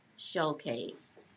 showcase